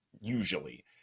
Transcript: usually